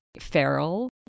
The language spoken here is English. feral